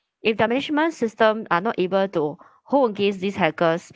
if their management system are not able to hold against these hackers